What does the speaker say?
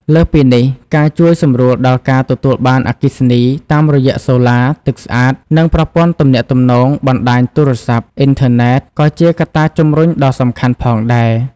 លើសពីនេះ ការជួយសម្រួលដល់ការទទួលបានអគ្គិសនី តាមរយៈសូឡា ទឹកស្អាត និងប្រព័ន្ធទំនាក់ទំនង បណ្តាញទូរស័ព្ទ អ៊ីនធឺណិត ក៏ជាកត្តាជំរុញដ៏សំខាន់ផងដែរ។